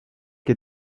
que